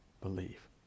believe